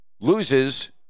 loses